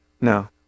no